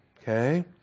okay